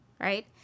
right